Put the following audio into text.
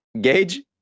Gage